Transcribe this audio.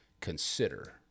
consider